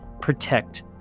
protect